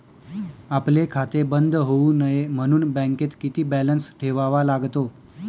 आपले खाते बंद होऊ नये म्हणून बँकेत किती बॅलन्स ठेवावा लागतो?